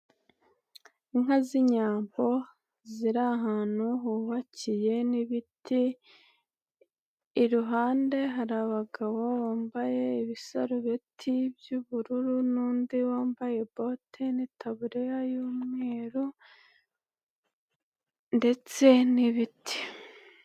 Inka z'inyambo ziri ahantu hubakiye n'ibiti, iruhande hari abagabo bambaye ibisarubeti by'ubururu n'undi wambaye bote n'itabu y'umweru ndetse n'ibiti.